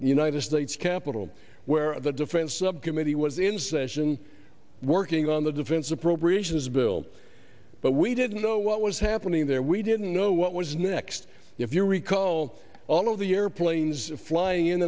united states capitol where the defense subcommittee was in session working on the defense appropriations bill but we didn't know what was happening there we didn't know what was next if you recall all of the airplanes flyin